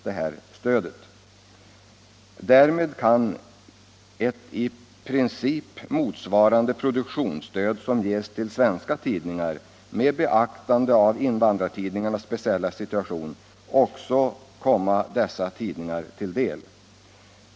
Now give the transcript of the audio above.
Därmed kan ett i princip motsvarande produktionsstöd som ges till svenska tidningar, också med beaktande av invandrartidningarnas speciella situation, komma dessa till del.